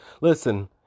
Listen